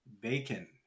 Bacon